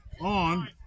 on